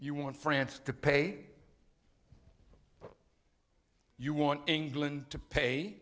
you want france to pay you want england to pay